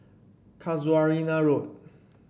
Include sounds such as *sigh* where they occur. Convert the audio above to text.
Casuarina Road *noise*